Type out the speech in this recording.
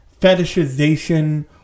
fetishization